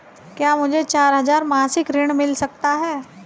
क्या मुझे चार हजार मासिक ऋण मिल सकता है?